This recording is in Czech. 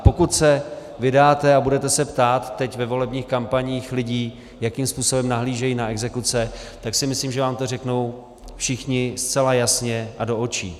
A pokud se vydáte a budete se ptát teď ve volebních kampaních lidí, jakým způsobem nahlížejí na exekuce, tak si myslím, že vám to řeknou všichni zcela jasně a do očí.